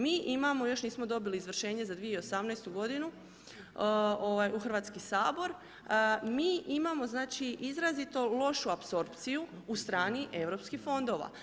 Mi imamo, još nismo dobili izvršenje za 2018. g. u Hrvatski sabor, mi imamo izrazito lošu apsorpciju u strani europskih fondova.